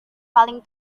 paling